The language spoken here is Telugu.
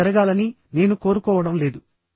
అలా జరగాలని నేను కోరుకోవడం లేదు